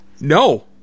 No